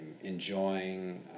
enjoying